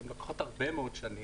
שבאמת לוקחות הרבה מאוד שנים,